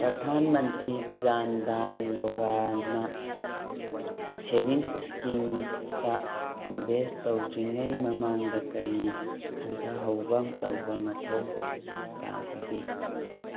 ꯄ꯭ꯔꯙꯥꯟ Mantri Jan Dhan Yojana savings scheme ꯇ invest ꯇꯧꯗ꯭ꯔꯤꯉꯩ ꯃꯃꯥꯡꯗ ꯀꯔꯤ ꯈꯟꯊꯍꯧꯕ ꯇꯧꯕ ꯃꯊꯧ ꯇꯕꯒꯦ